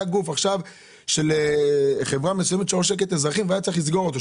היה גוף של חברה מסוימת שעושקת אזרחים והיה צריך לסגור אותה.